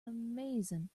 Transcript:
amazing